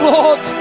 Lord